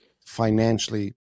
financially